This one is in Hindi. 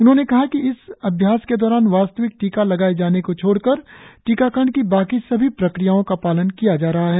उन्होंने कहा कि इस अभ्यास के दौरान वास्तविक टीका लगाये जाने को छोड़कर टीकाकरण की बाकी सभी प्रक्रियाओं का पालन किया जा रहा है